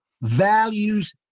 values